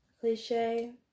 cliche